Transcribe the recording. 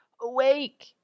Awake